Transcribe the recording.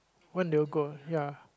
when they will go ya